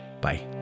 Bye